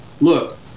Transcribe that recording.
look